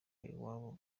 iwabo